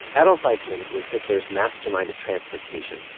adolf eichmann was hitler's mastermind of transportation.